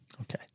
Okay